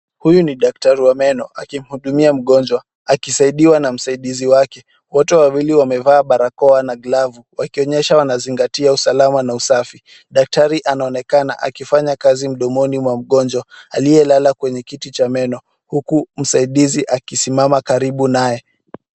Huyu ni daktari wa meno akimhudumia mgonjwa akisaidiwa na msaidizi wake. Wote wawili wamevaa barakoa na glavu wakionyesha wanazingatia usalama na usafi. Daktari anaonekana akifanya kazi mdomoni mwa mgonjwa aliyelala kwenye kiti cha meno huku msaidizi akisimama karibu naye.